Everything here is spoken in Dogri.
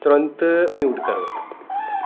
तुरंत म्यूट करो